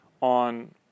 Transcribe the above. on